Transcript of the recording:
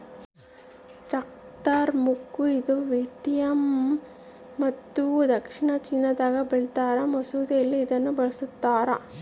ಚಕ್ತ್ರ ಮಗ್ಗು ಇದನ್ನುವಿಯೆಟ್ನಾಮ್ ಮತ್ತು ದಕ್ಷಿಣ ಚೀನಾದಾಗ ಬೆಳೀತಾರ ಮಸಾಲೆಯಲ್ಲಿ ಇದನ್ನು ಬಳಸ್ತಾರ